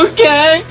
Okay